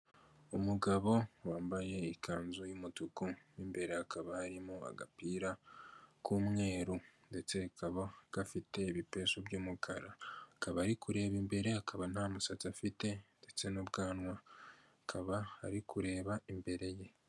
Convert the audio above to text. Umugabo wambaye ikanzu y'umutuku mu imbere hakaba harimo agapira k'umweru ndetse kakaba gafite ibipesu by'umukara, akaba ari kureba imbere akaba nta musatsi afite ndetse n'ubwanwa akaba ari kureba imbere ye.